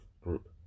group